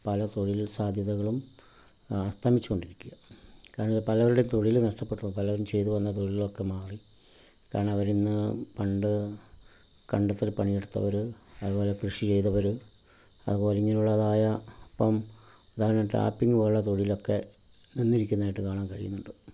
പല തൊഴിൽ സാധ്യതകളും അസ്തമിച്ച് കൊണ്ടിരിക്കുവാണ് കാരണം പലരുടെ തൊഴിലുകൾ നഷ്ടപ്പെട്ടു പലരും ചെയ്ത് വന്ന തൊഴിലൊക്കെ മാറി കാരണം അവരിന്ന് പണ്ട് കണ്ടത്തിൽ പണിയെടുത്തവർ അതുപോലെ കൃഷി ചെയ്തവർ അതുപോലെ ഇങ്ങനെയുള്ളതായ അപ്പം ഉദാഹരണം ടാപ്പിങ്ങ് പോലുള്ള തൊഴിലക്കെ നിന്നിരിക്കുന്നതായിട്ട് കാണാൻ കഴിയുന്നുണ്ട്